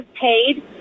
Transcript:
paid